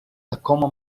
tacoma